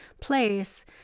place